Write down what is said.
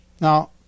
Now